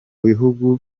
bihugu